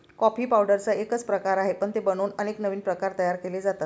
coffee पावडरचा एकच प्रकार आहे, पण ते बनवून अनेक नवीन प्रकार तयार केले जातात